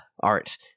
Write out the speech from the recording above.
art